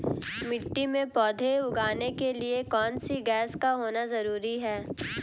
मिट्टी में पौधे उगाने के लिए कौन सी गैस का होना जरूरी है?